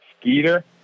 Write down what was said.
Skeeter